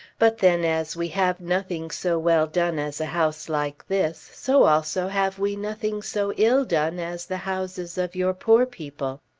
but then as we have nothing so well done as a house like this, so also have we nothing so ill done as the houses of your poor people.